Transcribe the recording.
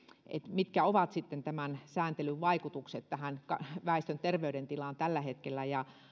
mitkä ovat sitten tämän sääntelyn vaikutukset väestön terveydentilaan tällä hetkellä ja